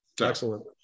Excellent